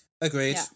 Agreed